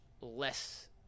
less